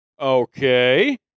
Okay